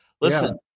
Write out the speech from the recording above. Listen